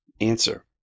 Answer